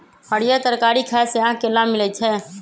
हरीयर तरकारी खाय से आँख के लाभ मिलइ छै